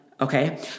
Okay